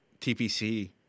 TPC